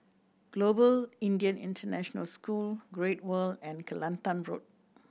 Global Indian International School Great World and Kelantan Road